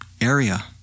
area